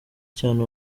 cyane